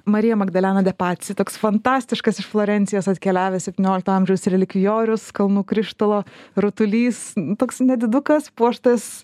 marija magdalena depaci toks fantastiškas iš florencijos atkeliavęs septyniolikto amžiaus relikvijorius kalnų krištolo rutulys toks nedidukas puoštas